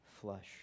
flesh